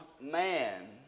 man